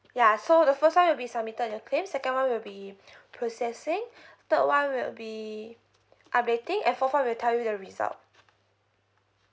ya so the first one will be submitted your claim second one will be processing third one will be updating and forth one will tell you the result